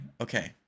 Okay